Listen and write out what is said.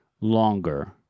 longer